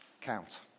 count